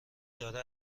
داره